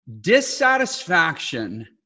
dissatisfaction